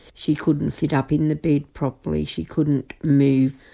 she couldn't sit up in the bed properly, she couldn't move,